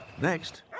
next